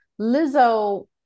Lizzo